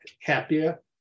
happier